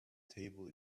table